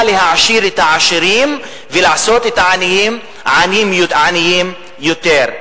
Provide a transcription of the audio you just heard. להעשיר את העשירים ולעשות את העניים עניים יותר.